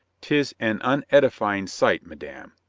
tis an unedifying sight, madame.